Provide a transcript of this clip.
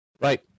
Right